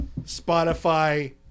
Spotify